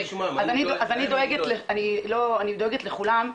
אז אני דואגת לכולם,